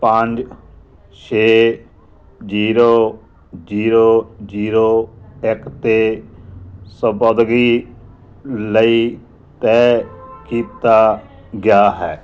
ਪੰਜ ਛੇ zero zero zero ਇੱਕ 'ਤੇ ਸਬਾਦਗੀ ਲਈ ਤੈਅ ਕੀਤਾ ਗਿਆ ਹੈ